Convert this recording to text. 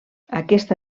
aquesta